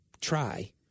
try